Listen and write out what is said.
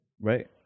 right